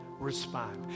Respond